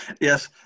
yes